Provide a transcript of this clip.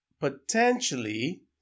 potentially